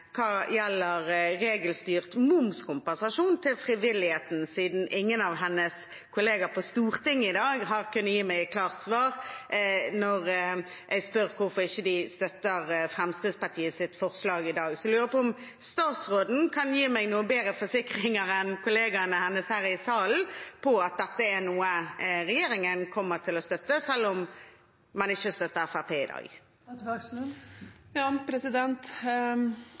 gjelder regelstyrt momskompensasjon til frivilligheten, siden ingen av hennes kollegaer på Stortinget har kunnet gi meg et klart svar når jeg spør hvorfor de ikke støtter Fremskrittspartiets forslag i dag. Jeg lurer på om statsråden kan gi meg noen bedre forsikringer enn kollegaene hennes her i salen om at dette er noe regjeringen kommer til å støtte, selv om man ikke støtter Fremskrittspartiet i